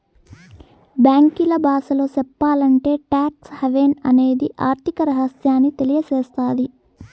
బ్యాంకీల బాసలో సెప్పాలంటే టాక్స్ హావెన్ అనేది ఆర్థిక రహస్యాన్ని తెలియసేత్తది